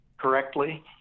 correctly